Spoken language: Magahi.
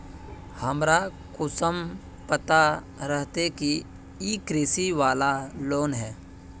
हमरा कुंसम पता रहते की इ कृषि वाला लोन है?